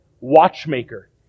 watchmaker